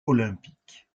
olympique